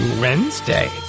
Wednesday